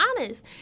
honest